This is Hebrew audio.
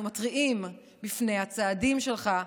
אנחנו מתריעים מפני הצעדים שלך,